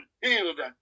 healed